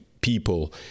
people